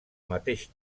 mateix